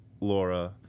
Laura